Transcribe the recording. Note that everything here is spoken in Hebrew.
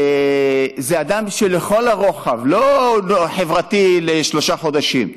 זה אדם שלכל הרוחב, לא חברתי לשלושה חודשים.